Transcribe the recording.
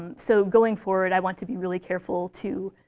and so going forward, i want to be really careful to